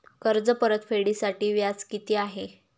कर्ज परतफेडीसाठी व्याज किती आहे?